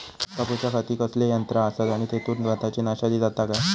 भात कापूच्या खाती कसले यांत्रा आसत आणि तेतुत भाताची नाशादी जाता काय?